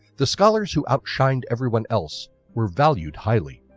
the scholars who outshined everyone else were valued highly.